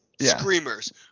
Screamers